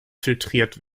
filtriert